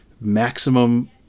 maximum